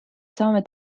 saame